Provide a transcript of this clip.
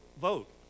vote